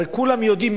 הרי כולם יודעים,